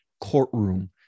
courtroom